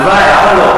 אז אולי תצאי, כמו תמיד.